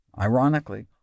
Ironically